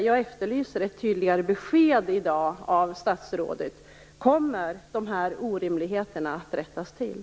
Jag efterlyser ett tydligare besked i dag av statsrådet: Kommer dessa orimligheter att rättas till?